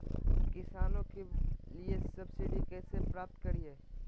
किसानों के लिए सब्सिडी कैसे प्राप्त करिये?